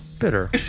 Bitter